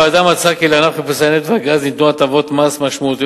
הוועדה מצאה כי לענף חיפושי הנפט והגז ניתנו הטבות מס משמעותיות,